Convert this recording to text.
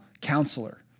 Counselor